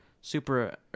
super